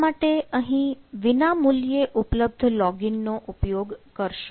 આ માટે અહીં વિનામૂલ્યે ઉપલબ્ધ લોગ ઈન નો ઉપયોગ કરશું